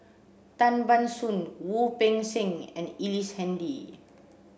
Tan Ban Soon Wu Peng Seng and Ellice Handy